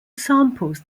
samples